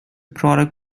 product